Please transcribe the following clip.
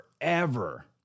forever